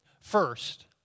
First